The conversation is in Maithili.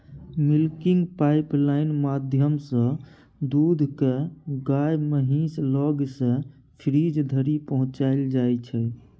मिल्किंग पाइपलाइन माध्यमसँ दुध केँ गाए महीस लग सँ फ्रीज धरि पहुँचाएल जाइ छै